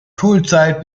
schulzeit